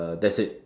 uh that's it